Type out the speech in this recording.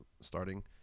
starting